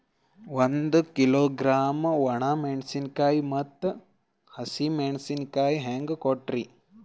ಒಂದ ಕಿಲೋಗ್ರಾಂ, ಒಣ ಮೇಣಶೀಕಾಯಿ ಮತ್ತ ಹಸಿ ಮೇಣಶೀಕಾಯಿ ಹೆಂಗ ಕೊಟ್ರಿ?